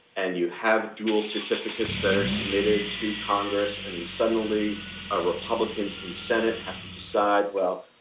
and you have dual certificates that are submitted to congress and suddenly ah republicans and senate have to decide, well,